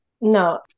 No